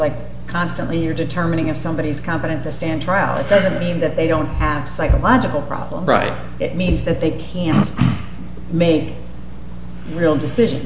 like constantly you're determining if somebody is competent to stand trial it doesn't mean that they don't have psychological problems right it means that they can't make real decision